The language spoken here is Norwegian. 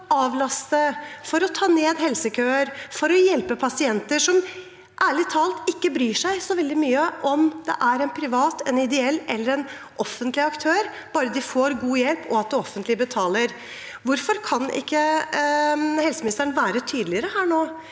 for å ta ned helsekøer og for å hjelpe pasienter – som ærlig talt ikke bryr seg så veldig mye om det er en privat, en ideell eller en offentlig aktør, bare de får god hjelp, og det offentlige betaler. Hvorfor kan ikke helseministeren være tydeligere her og